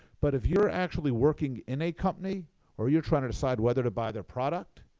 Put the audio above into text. but if you're actually working in a company or you're trying to decide whether to buy their product,